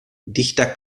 dichter